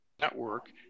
network